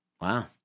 Wow